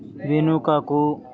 వెనుకకు